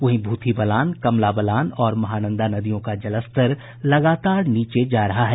वहीं भूतही बलान कमला बलान और महानंदा नदियों का जलस्तर लगातार नीचे जा रहा है